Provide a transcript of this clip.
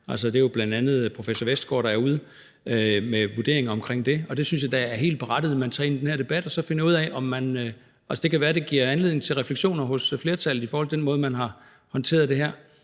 Det er jo bl.a. professor Jørn Vestergaard, der er ude med vurderingen omkring det, og det synes jeg da er helt berettiget man tager ind i den her debat. Det kan være, at det giver anledning til refleksioner hos flertallet i forhold til den måde, man har håndteret det her